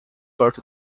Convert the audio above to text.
parts